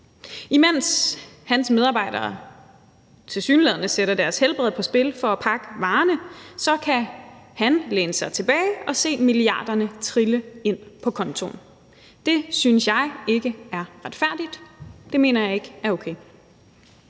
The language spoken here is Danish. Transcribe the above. Imens hans medarbejdere tilsyneladende sætter deres helbred på spil for at pakke varerne, kan han læne sig tilbage og se milliarderne trille ind på kontoen. Det synes jeg ikke er retfærdigt. Det mener jeg ikke er okay.